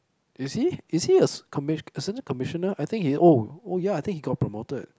is he is he a commis~ a certain commissioner I think he oh oh ya I think he got promoted